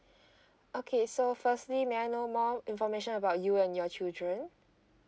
okay so firstly may I know more information about you and your children